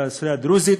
אוכלוסייה דרוזית,